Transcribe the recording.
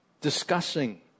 discussing